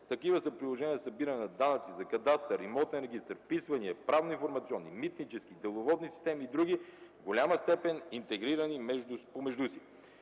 Такива са приложенията за събиране на данъци, за кадастър, имотен регистър, вписвания, правно-информационни, митнически, деловодни системи и други, в голяма степен интегрирани помежду си.